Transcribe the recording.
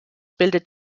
bildet